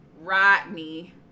Rodney